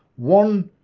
one.